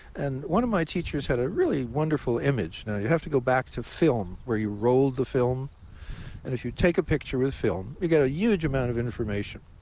and one of my teachers had a really wonderful image you have to go back to film where you roll the film, and if you take a picture with film, we got a huge amount of information.